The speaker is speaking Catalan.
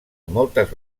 moltes